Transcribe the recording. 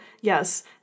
yes